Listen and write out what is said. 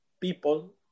people